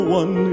one